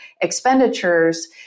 expenditures